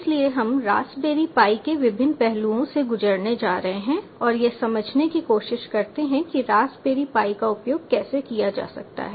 इसलिए हम Raspberry Pi के विभिन्न पहलुओं से गुजरने जा रहे हैं और यह समझने की कोशिश करते हैं कि रास्पबेरी पाई का उपयोग कैसे किया जा सकता है